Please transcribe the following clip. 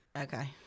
Okay